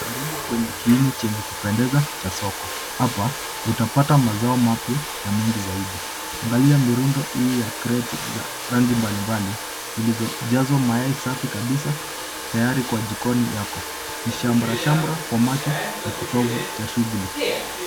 Karibu kwenye kiini chenye kupendeza cha soko, hapa utapata mazao mapya na mengi zaidi. Angalia mirundo hii ya kreti za rangi mbali mbali zilizojazwa mayai safi kabisa tayari kwa jikoni yako. Ni shamra shamra kwa macho na kitovu cha shughuli.